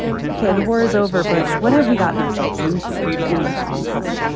ok, the war is over. but what have we gotten ourselves into in the long run?